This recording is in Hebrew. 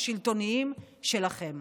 השלטוניים שלכם.